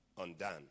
undone